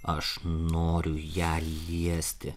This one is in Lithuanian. aš noriu ją liesti